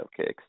cupcakes